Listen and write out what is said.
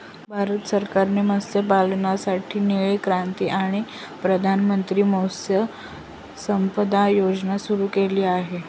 भारत सरकारने मत्स्यपालनासाठी निळी क्रांती आणि प्रधानमंत्री मत्स्य संपदा योजना सुरू केली आहे